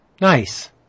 nice